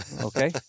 Okay